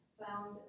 found